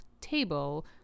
table